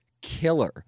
Killer